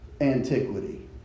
Antiquity